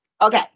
Okay